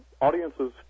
Audiences